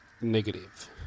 Negative